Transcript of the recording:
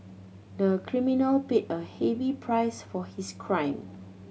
the criminal paid a heavy price for his crime